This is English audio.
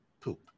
poop